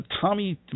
Tommy